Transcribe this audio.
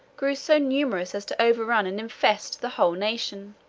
grew so numerous as to overrun and infest the whole nation